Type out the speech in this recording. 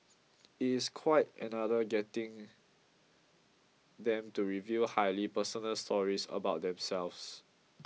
it is quite another getting them to reveal highly personal stories about themselves